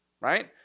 right